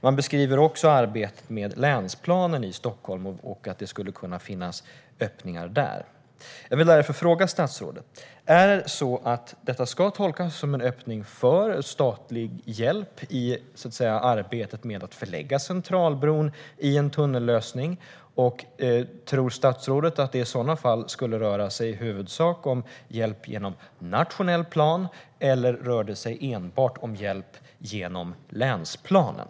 Man beskriver också arbetet med länsplanen i Stockholm och att det där skulle kunna finnas öppningar. Jag vill därför fråga statsrådet: Ska detta tolkas som en öppning för statlig hjälp i arbetet med att förlägga Centralbron i en tunnellösning? Tror statsrådet i så fall att det i huvudsak skulle röra sig om hjälp genom nationell plan eller rör det sig enbart om hjälp genom länsplanen?